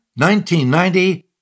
1990